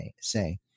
say